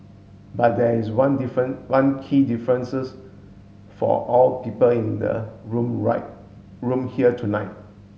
but there is one different one key differences for all people in the room room here tonight